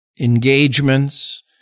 engagements